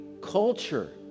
culture